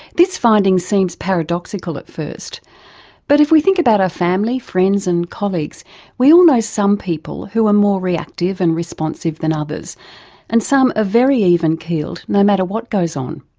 this finding seems paradoxical at first but if we think about our family, friends and colleagues we all know some people who are more reactive and responsive than others and some are very even keeled no matter what goes on.